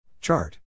Chart